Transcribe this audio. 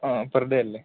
ആ per day അല്ലേ